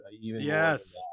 Yes